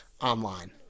online